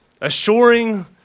Assuring